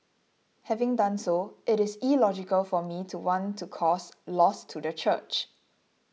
having done so it is illogical for me to want to cause loss to the church